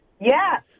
Yes